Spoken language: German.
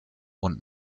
und